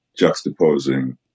juxtaposing